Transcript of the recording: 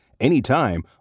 anytime